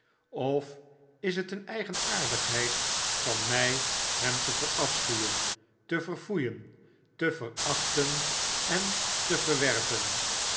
of is het een eigenaardigheid van my hem te verafschuwen te verfoeien te verachten en te verwerpen